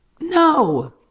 No